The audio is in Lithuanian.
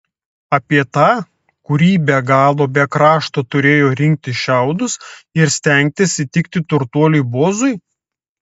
apie tą kuri be galo be krašto turėjo rinkti šiaudus ir stengtis įtikti turtuoliui boozui